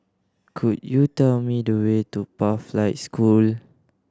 could you tell me the way to Pathlight School